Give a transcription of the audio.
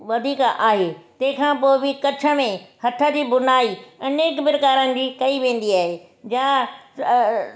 वधीक आहे तंहिंखां पोइ बि कच्छ में हथु जी बुनाई अनेक प्रकारनि जी कई वेंदी आहे जा अ